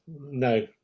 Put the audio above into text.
No